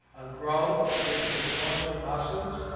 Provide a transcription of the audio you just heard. a growth, which is mostly mussels.